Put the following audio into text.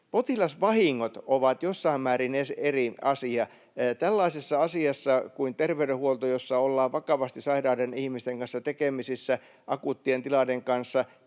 Potilasvahingot ovat jossain määrin eri asia. Tällaisessa asiassa kuin terveydenhuolto, jossa ollaan vakavasti sairaiden ihmisten kanssa tekemisissä akuuttien tilanteiden kanssa,